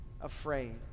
afraid